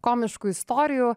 komiškų istorijų